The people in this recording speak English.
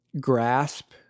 grasp